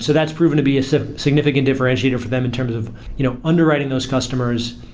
so that's proven to be a so significant differentiator for them in terms of you know underwriting those customers,